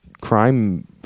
Crime